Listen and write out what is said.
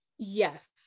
Yes